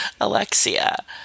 Alexia